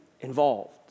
involved